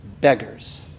beggars